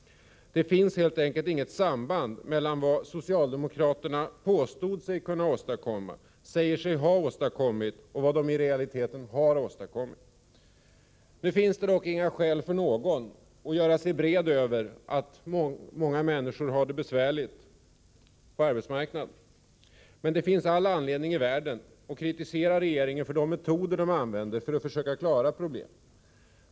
Det finns helt enkelt inget samband mellan vad socialdemokraterna påstått sig kunna åstadkomma, vad de säger sig ha åstadkommit och vad de i realiteten har åstadkommit. Det finns dock inga skäl för någon att göra sig ”bred” över den för många människor besvärliga situationen på arbetsmarknaden. Men det finns all anledning i världen att kritisera regeringen för dess metoder när det gäller att försöka klara problemen.